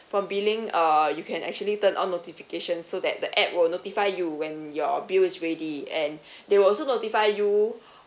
from billing uh you can actually turn on notification so that the app will notify you when your bill is ready and they will also notify you